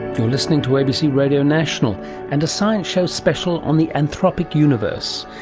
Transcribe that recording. you're listening to abc radio national and a science show special on the anthropic universe.